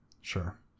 Sure